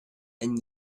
and